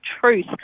truth